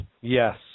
Yes